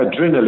adrenaline